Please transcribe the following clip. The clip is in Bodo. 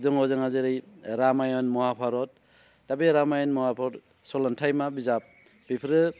दङ जोंहा जेरै रामायन महाभारत दा बे रामायन महाभारत सलथायमा बिजाब बेफोरो